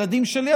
הילדים שלי,